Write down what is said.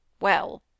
Well